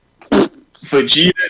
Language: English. Vegeta